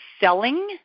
selling